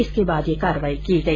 इसके बाद ये कार्रवाई की गई